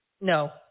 No